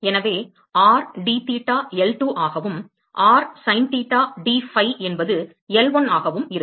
எனவே r d theta L2 ஆகவும் r sin theta d phi என்பது L1 ஆகவும் இருக்கும்